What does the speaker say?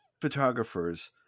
photographers